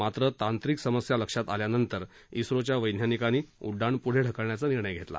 मात्रं तांत्रिक समस्या लक्षात आल्यानंतर स्रोच्या वैज्ञानिकांनी उड्डाण पुढे ढकलण्याचा निर्णय घेतला